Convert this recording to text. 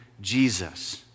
Jesus